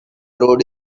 road